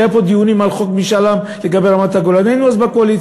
כשהיו פה דיונים על חוק משאל עם לגבי רמת-הגולן היינו בקואליציה,